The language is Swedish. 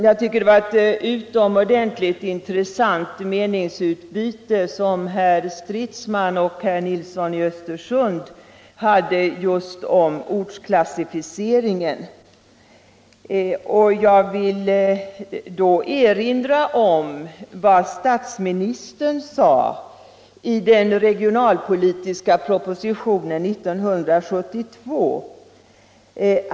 Jag tycker att det var ett utomordentligt intressant meningsutbyte mellan herr Stridsman och herr Nilsson i Östersund om just ortsklassificeringen. Och jag vill erinra om vad statsministern sade i den regionalpolitiska propositionen 1972.